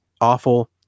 awful